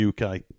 UK